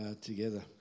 together